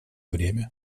время